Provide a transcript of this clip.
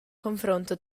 confronto